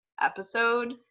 episode